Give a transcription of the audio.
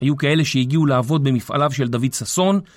היו כאלה שהגיעו לעבוד במפעליו של דוד ששון